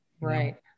Right